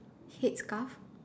head scarf